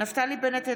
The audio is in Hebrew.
נפתלי בנט,